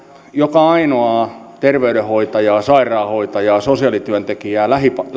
joka ainoaa terveydenhoitajaa sairaanhoitajaa sosiaalityöntekijää